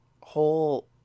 whole